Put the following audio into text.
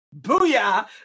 Booyah